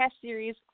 series